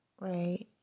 right